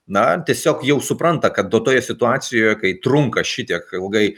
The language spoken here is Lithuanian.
na tiesiog jau supranta kad duotoj situacijoje kai trunka šitiek ilgai